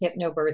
hypnobirthing